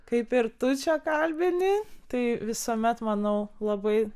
kaip ir tu čia kalbini tai visuomet manau labai